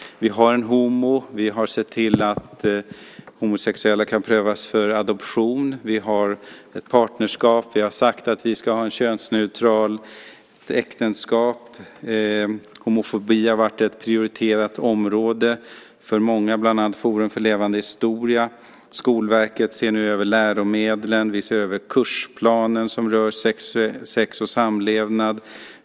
Vi har en HomO. Vi har sett till att homosexuella kan prövas för adoption. Vi har partnerskap. Vi har sagt att vi ska ha könsneutrala äktenskap. Homofobi har varit ett prioriterat området för många, bland annat för Forum för levande historia. Skolverket ser nu över läromedlen. Vi ser över kursplanen som rör sex och samlevnad.